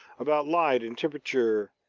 about light and temperature,